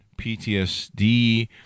PTSD